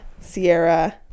Sierra